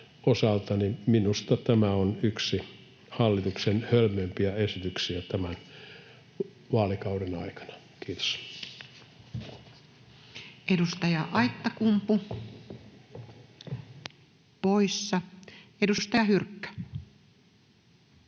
osalta, on yksi hallituksen hölmöimpiä esityksiä tämän vaalikauden aikana. — Kiitos. Edustaja Aittakumpu poissa. — Edustaja Hyrkkö.